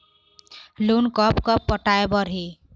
Loan कब कब पटाए बर हे?